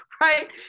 Right